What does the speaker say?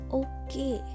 okay